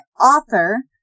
author